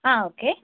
ആ ഓക്കെ